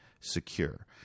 secure